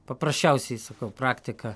paprasčiausiai sakau praktika